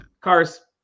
Cars